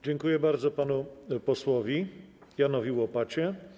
Dziękuję bardzo panu posłowi Janowi Łopacie.